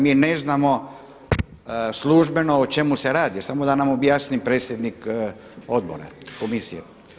Mi ne znamo službeno o čemu se radi, samo da nam objasni predsjednik odbora, komisije.